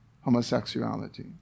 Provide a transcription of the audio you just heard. homosexuality